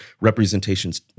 representations